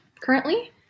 currently